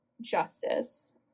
justice